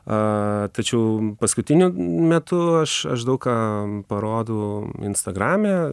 a tačiau paskutiniu metu aš aš daug ką parodau instagrame